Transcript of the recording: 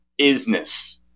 isness